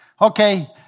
okay